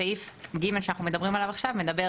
סעיף (ג) שאנחנו מדברים עליו עכשיו מדבר